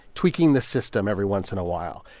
tweaking the system every once in a while.